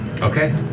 Okay